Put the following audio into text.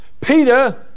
Peter